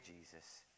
Jesus